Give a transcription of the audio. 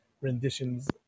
renditions